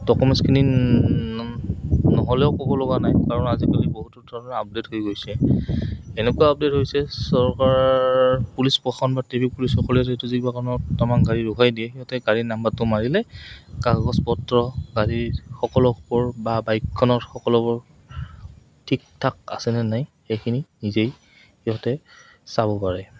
ডকুমেণ্টছখিনি নহ'লেও ক'ব লগা নাই কাৰণ আজিকালি বহুতো ধৰণৰ আপডে'ট হৈ গৈছে এনেকুৱা আপডে'ট হৈছে চৰকাৰ পুলিচ প্ৰশাসন বা ট্ৰেফিক পুলিচসকলে যিহেতু কিবা কাৰণত আমাক গাড়ী ৰখাই দিয়ে সিহঁতে গাড়ীৰ নম্বৰটো মাৰিলে কাগজ পত্ৰ গাড়ীৰ সকলবোৰ বা বাইকখনৰ সকলোবোৰ ঠিক ঠাক আছেনে নাই সেইখিনি নিজেই সিহঁতে চাব পাৰে